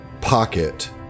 pocket